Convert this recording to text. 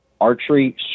archery